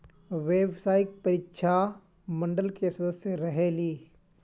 व्यावसायिक परीक्षा मंडल के सदस्य रहे ली?